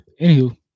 Anywho